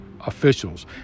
officials